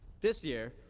this year,